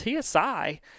TSI